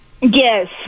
Yes